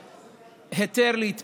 כל הערים החרדיות ירוקות.